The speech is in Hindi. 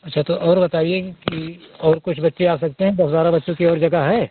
अच्छा तो और बताइए कि और कुछ बच्चे आ सकते हैं दस बारह बच्चों की और जगह है